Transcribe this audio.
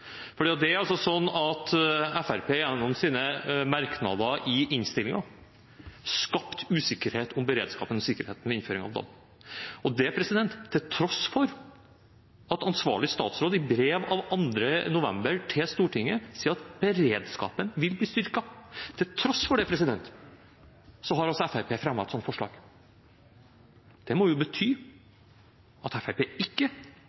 Det er altså sånn at Fremskrittspartiet gjennom sine merknader i innstillingen skapte usikkerhet om beredskapen og sikkerheten ved innføringen av DAB – til tross for at ansvarlig statsråd i brev av 2. november til Stortinget sier at beredskapen vil bli styrket. Til tross for det har Fremskrittspartiet fremmet et forslag. Det må bety at Fremskrittspartiet ikke